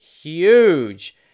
huge